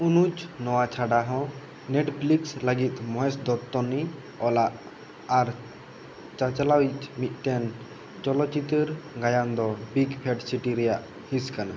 ᱚᱱᱩᱡ ᱱᱚᱣᱟ ᱪᱷᱟᱰᱟ ᱦᱚᱸ ᱱᱮᱴᱯᱷᱞᱤᱠᱥ ᱞᱟᱹᱜᱤᱫ ᱢᱚᱦᱮᱥ ᱫᱚᱛᱛᱚᱱᱤ ᱚᱞᱟᱜ ᱟᱨ ᱪᱟᱪᱞᱟᱣᱤᱡ ᱢᱤᱫᱴᱮᱱ ᱪᱚᱞᱚᱛᱪᱤᱛᱟᱹᱨ ᱜᱟᱭᱟᱱ ᱫᱚ ᱵᱤᱜ ᱯᱷᱮᱴ ᱥᱤᱴᱤ ᱨᱮᱭᱟᱜ ᱦᱤᱥ ᱠᱟᱱᱟ